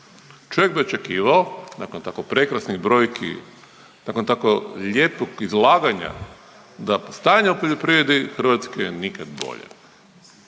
Čovjek bi očekivao nakon tako prekrasnih brojki, nakon tako lijepog izlaganja da stanje u poljoprivredi u Hrvatskoj je nikad bolje.